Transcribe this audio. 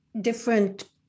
different